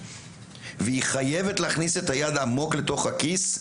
והיא חייבת להכניס את היד עמוק לתוך הכיס,